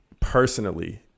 personally